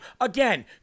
Again